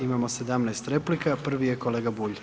Imamo 17 replika, prvi je kolega Bulj.